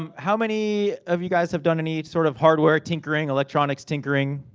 um how many of you guys have done any sort of hardware tinkering, electronics tinkering?